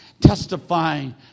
Testifying